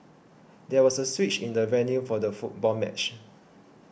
there was a switch in the venue for the football match